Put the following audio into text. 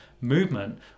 movement